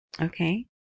Okay